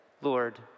Lord